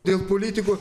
dėl politikų